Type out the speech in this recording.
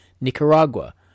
Nicaragua